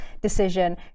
decision